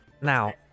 Now